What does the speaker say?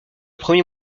premier